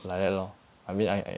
like that lor I mean I I